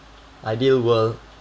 idea will